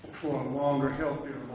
longer healthcare